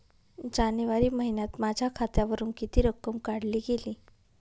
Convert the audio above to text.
जानेवारी महिन्यात माझ्या खात्यावरुन किती रक्कम काढली गेली?